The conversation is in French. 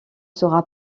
sera